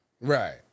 Right